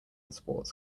sports